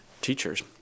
teachers